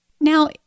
Now